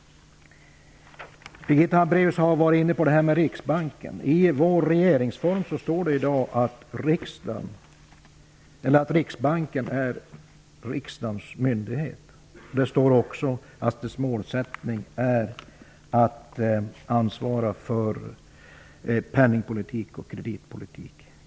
Birgitta Hambraeus har varit inne på ämnet Sveriges riksbank. I Sveriges regeringsform står det att riksbanken är riksdagens myndighet. Det står också att riksbankens målsättning är att ansvara för penningpolitik och kreditpolitik.